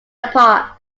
apart